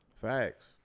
Facts